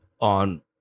on